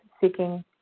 seeking